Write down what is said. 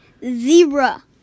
Zebra